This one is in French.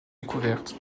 découverte